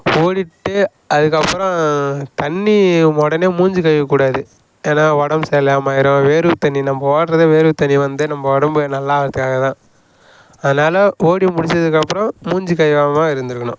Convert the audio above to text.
ஓடிட்டு அதுக்கப்பறம் தண்ணி உடனே மூஞ்சு கழுவக்கூடாது ஏன்னா உடம்ப் சரிலாம ஆயிடும் வேர்வை தண்ணி நம்ம ஓடுகிறதே வேர்வை தண்ணி வந்து நம்ம உடம்பு நல்லா ஆகுறத்துக்காக தான் அதனால ஓடி முடிச்சதுக்கப்பறம் மூஞ்சு கழுவாமல் இருந்துக்கணும்